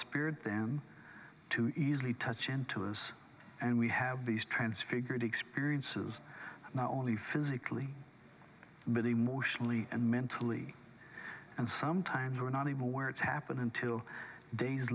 spirit them to easily touch and to us and we have these transfigured experiences now only physically but emotionally and mentally and sometimes we're not even aware it's happened until days